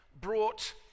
brought